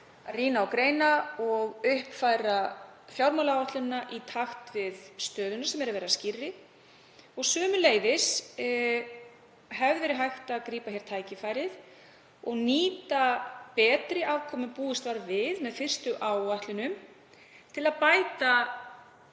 að rýna og greina og uppfæra fjármálaáætlun í takt við stöðuna sem er að verða skýrari. Sömuleiðis hefði verið hægt að grípa tækifærið og nýta betri afkomu en búist var við með fyrstu áætlunum til að bæta